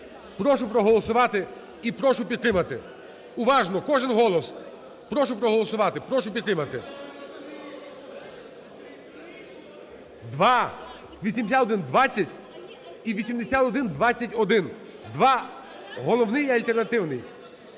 Прошу проголосувати і прошу підтримати. Уважно, кожен голос, прошу проголосувати, прошу підтримати. Два 8120 і 8121, два, головний і альтернативний.